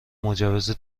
مجوز